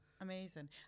Amazing